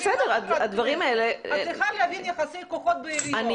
את צריכה להבין את יחסי הכוחות בעיריות.